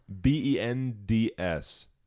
B-E-N-D-S